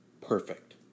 perfect